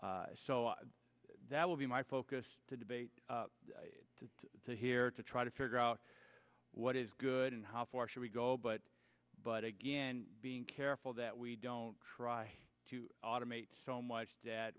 so that would be my focus to debate to here to try to figure out what is good and how far should we go but but again being careful that we don't try to automate so much that